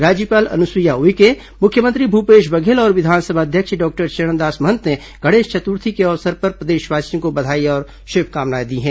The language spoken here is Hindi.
राज्यपाल अनुसुईया उइके मुख्यमंत्री भूपेश बघेल और विधानसभा अध्यक्ष डॉक्टर चरणदास महंत ने गणेश चतुर्थी के अवसर पर प्रदेशवासियों को बधाई और शुभकामनाएं दी हैं